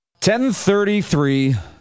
1033